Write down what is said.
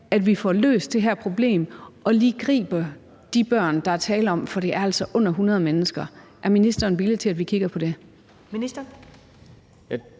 at vi får løst det her problem og griber de børn, der er tale om? For det er altså under 100 mennesker. Er ministeren villig til, at vi kigger på det?